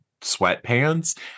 sweatpants